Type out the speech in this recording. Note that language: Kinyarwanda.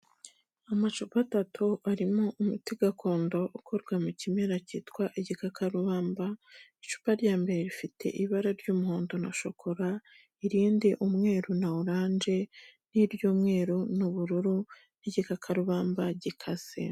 Amacupa atatu arimo umuti gakondo, ukorwa mu kimera cyitwa igikakarubamba, icupa rya mbere rifite ibara ry'umuhondo na shokora, irindi umweru na oranje, n'iry'umweru n'ubururu n'igikakarubamba gikase.